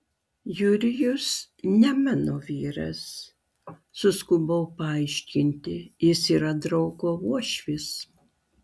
jurijus ne mano vyras suskubau paaiškinti jis yra draugo uošvis